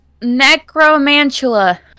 Necromantula